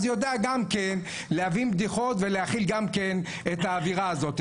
אז יודע גם כן להבין בדיחות ולהכיל גם כן את האווירה הזאת.